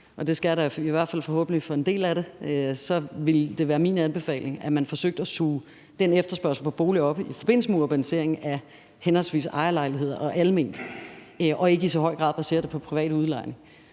og det skal jeg da i hvert fald forhåbentlig for en del af det, så vil det være min anbefaling, at man forsøgte at suge den efterspørgsel på bolig op i forbindelse med urbaniseringen af henholdsvis ejerlejligheder og almene boliger og ikke i så høj grad baserer det på privat udlejning,